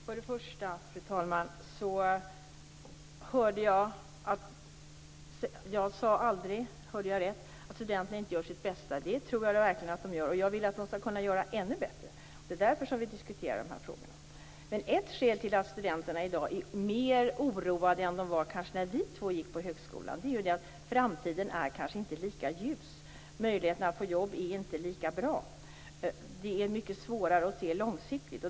Fru talman! För det första: Hörde jag rätt? Jag sade aldrig att studenterna inte gör sitt bästa. Det tror jag verkligen att de gör, och jag vill att de skall kunna göra ännu bättre. Det är därför vi diskuterar de här frågorna. Ett skäl till att studenterna i dag är mer oroade än de kanske var när vi två gick på högskolan är att framtiden inte är lika ljus och möjligheterna att få jobb inte lika bra. Det är mycket svårare att se långsiktigt.